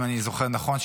אם אני זוכר נכון,